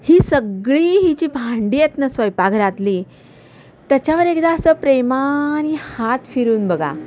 ही सगळी ही जी भांडी आहेत नं स्वयंपाकघरातली त्याच्यावर एकदा असं प्रेमाने हात फिरवून बघा